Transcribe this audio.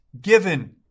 given